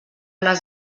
les